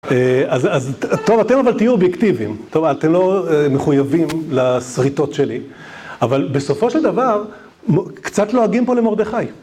אז אז, טוב, אתם אבל תהיו אובייקטיביים, טוב, אתם לא מחוייבים לסריטות שלי, אבל בסופו של דבר, קצת לועגים פה למורדכי.